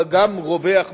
אבל גם רווח בישראל,